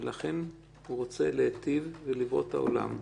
ולכן הוא רוצה להיטיב ולברוא את העולם.